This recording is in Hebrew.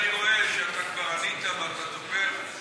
אני רואה שענית ואתה זוכר.